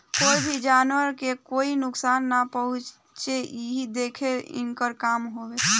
कोई भी जानवर के कोई नुकसान ना पहुँचावे इ देखल इनकर काम हवे